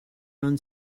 run